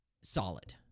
solid